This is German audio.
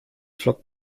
flockt